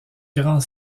grand